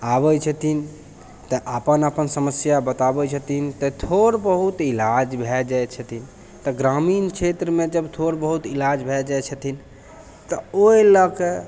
आबै छथिन तऽ अपन अपन समस्या बताबै छथिन तऽ थोड़ बहुत इलाज भए जाइ छथिन तऽ ग्रामीण क्षेत्रमे जब थोड़ बहुत इलाज भए जाइ छथिन तऽ ओहि लए के